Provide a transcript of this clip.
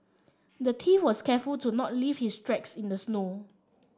the thief was careful to not leave his tracks in the snow